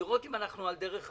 לראות אם אנחנו על דרך המלך.